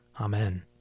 Amen